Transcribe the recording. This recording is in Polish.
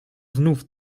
znów